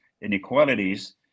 inequalities